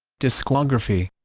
discography